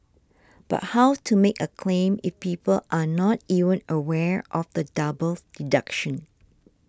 but how to make a claim if people are not even aware of the double deduction